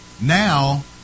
Now